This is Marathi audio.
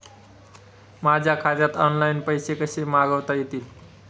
माझ्या खात्यात ऑनलाइन पैसे कसे मागवता येतील?